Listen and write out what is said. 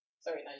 Sorry